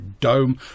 dome